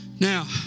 Now